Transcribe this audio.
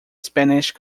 spanish